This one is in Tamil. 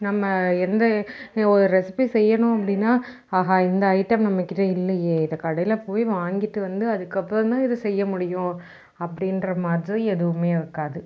நம்ம எந்த ஒரு ரெசிப்பி செய்யணும் அப்படின்னா ஆஹா இந்த ஐட்டம் நம்மகிட்ட இல்லையே இதை கடையில் போய் வாங்கிட்டு வந்து அதுக்கப்புறம் தான் இதை செய்ய முடியும் அப்படின்ற மாதிரி எதுவுமே இருக்காது